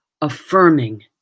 affirming